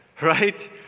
Right